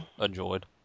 enjoyed